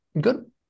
good